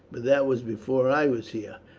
but that was before i was here.